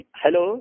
hello